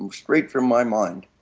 and straight from my mind,